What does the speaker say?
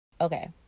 Okay